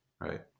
right